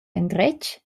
endretg